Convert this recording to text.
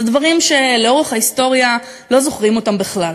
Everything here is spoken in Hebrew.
אלה דברים שלאורך ההיסטוריה לא זוכרים אותם בכלל.